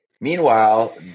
meanwhile